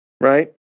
right